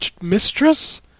mistress